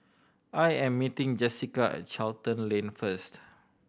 I am meeting Jessica at Charlton Lane first